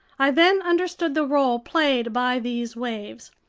i then understood the role played by these waves,